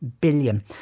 billion